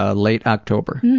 ah late october.